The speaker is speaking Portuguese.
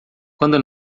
quando